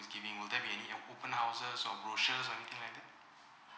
is giving will there be any uh open houses or brochures or anything like that